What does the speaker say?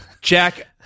Jack